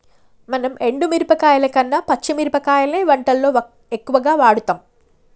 మనం ఎండు మిరపకాయల కన్న పచ్చి మిరపకాయలనే వంటల్లో ఎక్కువుగా వాడుతాం